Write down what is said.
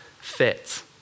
fit